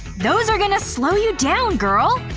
those are gonna slow you down, girl!